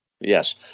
Yes